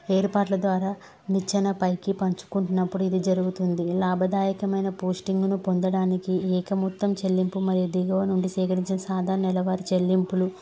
ఏర్పాట్ల ద్వారా నిచ్చన పైకి పంచుకుంటున్నప్పుడు ఇది జరుగుతుంది లాభదాయకమైన పోస్టింగ్ును పొందడానికి ఏక మొత్తం చెల్లింపు మరియు దిగవం నుండి సేకరించిన సాధారణ నెలవారి చెల్లింపులు